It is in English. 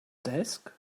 desk